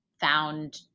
found